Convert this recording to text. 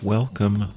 Welcome